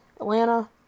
Atlanta